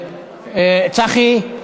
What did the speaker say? צחי?